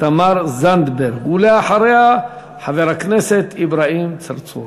תמר זנדברג, ואחריה, חבר הכנסת אברהים צרצור.